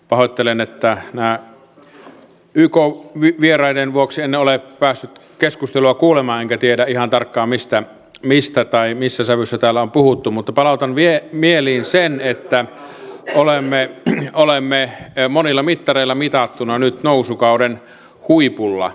pahoittelen että yk vieraiden vuoksi en ole päässyt keskustelua kuulemaan enkä tiedä ihan tarkkaan mistä tai missä sävyssä täällä on puhuttu mutta palautan mieliin sen että olemme monilla mittareilla mitattuna nyt nousukauden huipulla